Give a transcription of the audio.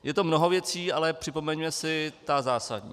Je to mnoho věcí, ale připomeňme si ty zásadní.